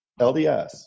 LDS